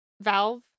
Valve